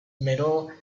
middle